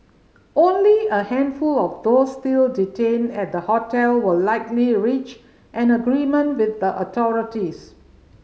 only a handful of those still detained at the hotel will likely reach an agreement with the authorities